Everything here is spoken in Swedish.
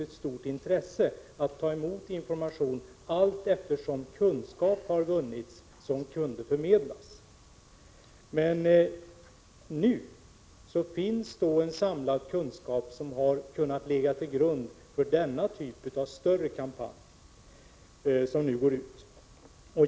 Med stort intresse har man också tagit emot information allteftersom man fått de kunskaper som har kunnat förmedlas. Det finns alltså en samlad kunskap, vilken har legat till grund för denna typ av större kampanj.